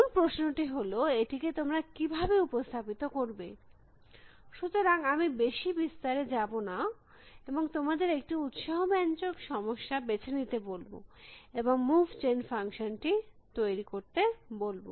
মূল প্রশ্নটি হল এটিকে তোমরা কিভাবে উপস্থাপিত করবে সুতরাং আমি বেশী বিস্তারে যাবনা এবং তোমাদের একটি উত্সাহব্যঞ্জক সমস্যা বেছে নিতে বলব এবং মুভ জেন ফাংশন টি তৈরী করতে বলব